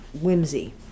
whimsy